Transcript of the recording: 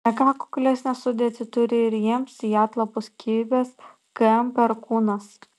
ne ką kuklesnę sudėtį turi ir jiems į atlapus kibęs km perkūnas